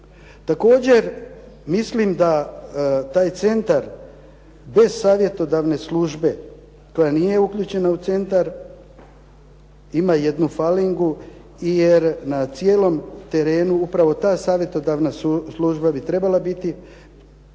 Također, mislim da taj centar bez savjetodavne službe koja nije uključena u centar ima jednu falingu, jer na cijelom terenu upravo ta savjetodavna služba bi trebala biti